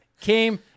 came